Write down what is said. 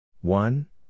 One